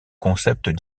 concept